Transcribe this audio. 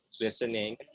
listening